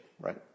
right